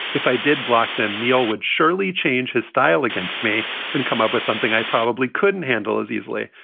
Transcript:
if i did block them, neil would surely change his style against me and come up with something i probably couldn't handle as easily.